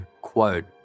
quote